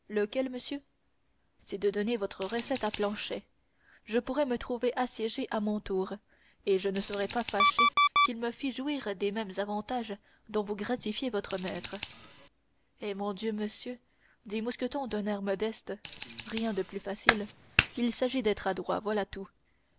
monsieur c'est de donner votre recette à planchet je pourrais me trouver assiégé à mon tour et je ne serais pas fâché qu'il me fît jouir des mêmes avantages dont vous gratifiez votre maître eh mon dieu monsieur dit mousqueton d'un air modeste rien de plus facile il s'agit d'être adroit voilà tout